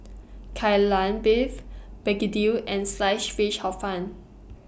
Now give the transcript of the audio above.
Kai Lan Beef Begedil and Sliced Fish Hor Fun